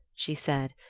she said,